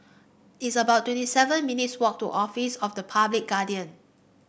it's about twenty seven minutes walk to Office of the Public Guardian